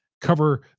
Cover